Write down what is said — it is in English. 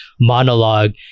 monologue